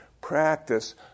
practice